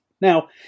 now